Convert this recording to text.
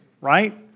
right